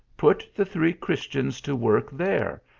put the three christians to work there,